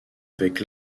avec